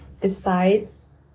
decides